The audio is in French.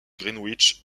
greenwich